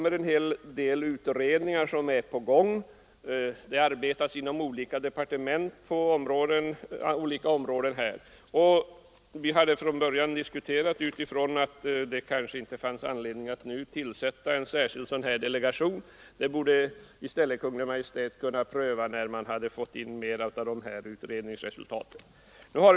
En hel del utredningar är på gång, och det arbetas inom skilda departement på olika avsnitt av det här området. Från början ansåg vi att det kanske inte nu finns anledning att tillsätta en särskild delegation; Kungl. Maj:t borde i stället pröva frågan när mer av utredningsresultaten lagts fram.